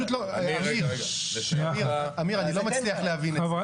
אמיר, אני לא מצליח להבין את זה.